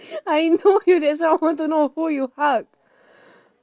I know you that's why I want to know who you hug